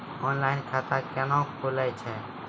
Online खाता केना खुलै छै?